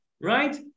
right